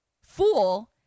Fool